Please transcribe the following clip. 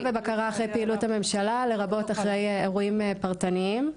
ובקרה אחרי פעילות הממשלה לרבות אחרי אירועים פרטניים.